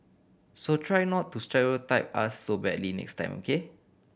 so try not to stereotype us so badly next time K